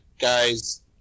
guys